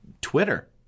Twitter